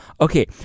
Okay